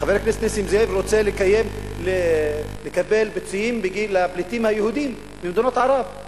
חבר הכנסת רוצה לקבל פיצויים בגין הפליטים היהודים ממדינות ערב.